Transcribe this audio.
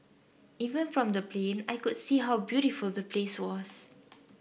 even from the plane I could see how beautiful the place was